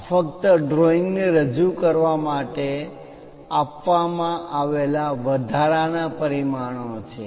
આ ફક્ત ડ્રોઈંગ ને રજૂ કરવા માટે આપવામાં આવેલા વધારાના પરિમાણો છે